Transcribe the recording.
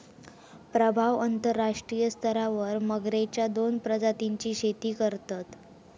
प्रभाव अंतरराष्ट्रीय स्तरावर मगरेच्या दोन प्रजातींची शेती करतत